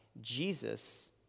Jesus